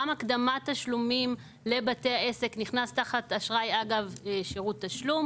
גם הקדמת תשלומים לבתי עסק נכנס תחת אשראי אגב שירות תשלום,